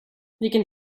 vilken